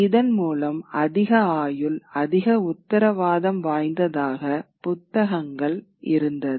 இதன் மூலம் அதிக ஆயுள் அதிக உத்தரவாதம் வாய்ந்ததாக புத்தகங்கள் இருந்தது